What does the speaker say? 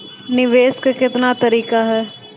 निवेश के कितने तरीका हैं?